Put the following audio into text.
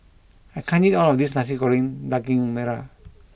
I can't eat all of this Nasi Goreng Daging Merah